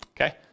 Okay